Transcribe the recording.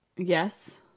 Yes